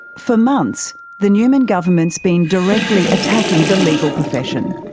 for months the newman government's been directly attacking the legal profession.